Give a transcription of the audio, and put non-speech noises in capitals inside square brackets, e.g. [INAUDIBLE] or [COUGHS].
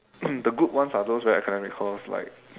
[COUGHS] the good ones are those very academic course like